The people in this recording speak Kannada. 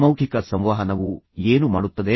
ಅಮೌಖಿಕ ಸಂವಹನವು ಏನು ಮಾಡುತ್ತದೆ